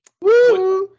Woo